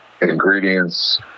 ingredients